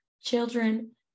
children